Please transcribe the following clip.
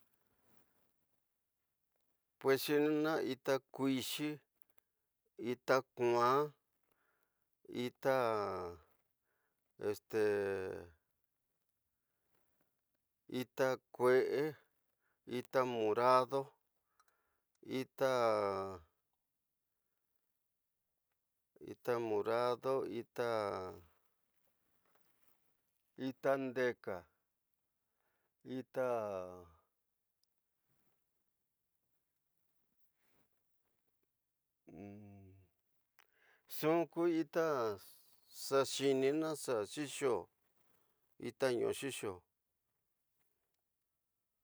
Pues xinina ita kuxi, ñta kiña, ñta este, ñta kuwue, ñta morado, ñta ndeká, ñta ñxu ku ñta xa xinina xa xi xoo, itañu xi xoó.